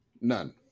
none